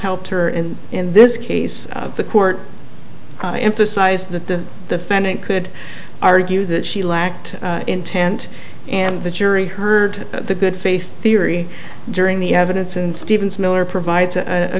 helped her and in this case the court emphasized that the defendant could argue that she lacked intent and the jury heard the good faith theory during the evidence and stevens miller provides a